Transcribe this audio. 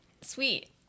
Sweet